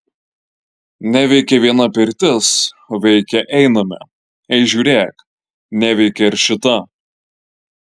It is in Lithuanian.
neveikia viena pirtis o veikia einame ei žiūrėk neveikia ir šita